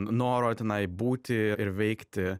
noro tenai būti ir veikti